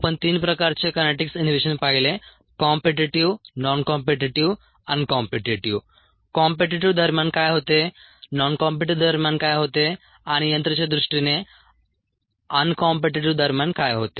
आपण तीन प्रकारचे कायनेटिक्स इनहिबिशन पाहिले competitive non competitive uncompetitive competitive दरम्यान काय होते नॉन कॉम्पीटीटीव्ह दरम्यान काय होते आणि यंत्रणेच्या दृष्टीने अनकॉम्पीटीटीव्ह दरम्यान काय होते